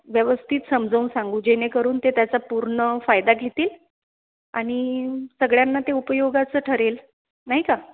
व्यवस्थित समजावून सांगू जेणेकरून ते त्याचा पूर्ण फायदा घेतील आणि सगळ्यांना ते उपयोगाचं ठरेल नाही का